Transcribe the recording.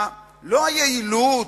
לא היעילות,